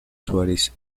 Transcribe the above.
suárez